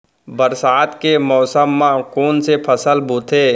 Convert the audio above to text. बरसात के मौसम मा कोन से फसल बोथे?